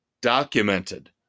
Documented